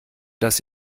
das